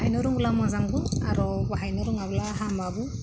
बाहायनो रोंब्ला मोजांबो आरो बाहायनो रोङाब्ला हामाबो